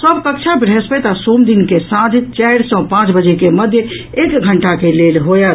सभ कक्षा वृहस्पति आ सोम दिन के सांझ चारि सँ पांच बजे के मध्य एक घंटा के लेल होयत